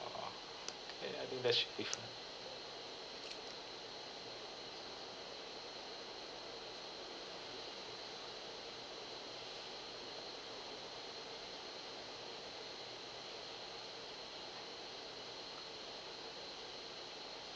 okay I think that should be